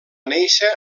néixer